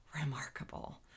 remarkable